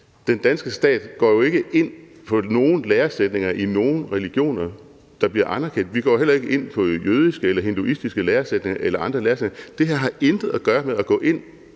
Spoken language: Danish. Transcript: Den danske stat går jo ikke ind på nogen læresætninger i nogen religioner, der bliver anerkendt. Vi går jo heller ikke ind på jødiske eller hinduistiske læresætninger eller andre læresætninger. Det her har intet at gøre med at gå ind